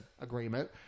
agreement